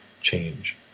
change